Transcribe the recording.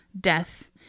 death